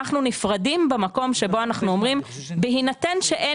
אנחנו נפרדים במקום שבו אנחנו אומרים בהינתן שאין